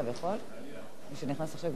מי שנכנס עכשיו כבר לא יכול.